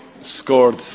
scored